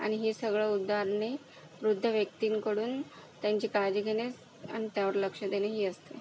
आणि ही सगळं उदाहरणे वृद्ध व्यक्तींकडून त्यांची काळजी घेणे आणि त्यावर लक्ष देणे ही असते